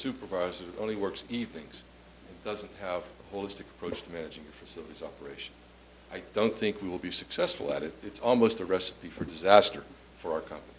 supervisor only works evenings doesn't have a holistic approach to managing facilities operations i don't think we will be successful at it it's almost a recipe for disaster for our company